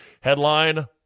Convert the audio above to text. Headline